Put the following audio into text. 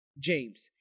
James